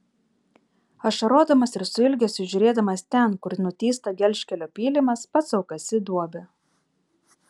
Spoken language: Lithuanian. ašarodamas ir su ilgesiu žiūrėdamas ten kur nutįsta gelžkelio pylimas pats sau kasi duobę